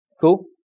Cool